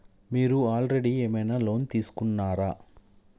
మీరు ఆల్రెడీ ఏమైనా లోన్ తీసుకున్నారా?